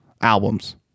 albums